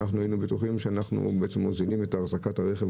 הם היו בטוחים שהם מוזילים את אחזקת הרכב